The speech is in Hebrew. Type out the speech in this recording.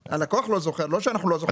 הלקוח לא זוכר, לא אנחנו לא זוכרים.